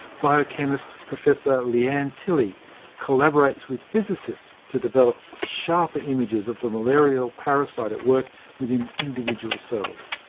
biochemist professor leann tilley collaborates with physicists to develop sharper images of the malarial parasite at work within individual cells.